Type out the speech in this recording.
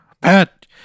Pat